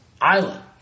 island